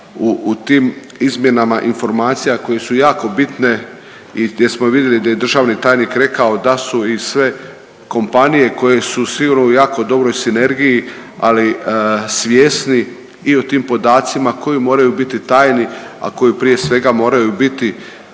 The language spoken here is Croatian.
u tim izmjenama informacija koje su jako bitne i gdje smo vidjeli gdje je državni tajnik rekao da su i sve kompanije koje su sigurno u jako dobroj sinergiji, ali svjesni i o tim podacima koji moraju biti tajni, a koji prije svega moraju biti